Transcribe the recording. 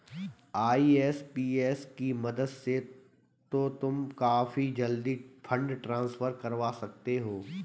IMPS की मदद से तो तुम काफी जल्दी फंड ट्रांसफर करवा सकते हो